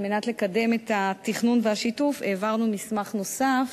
על מנת לקדם את התכנון והשיתוף העברנו מסמך נוסף,